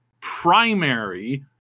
primary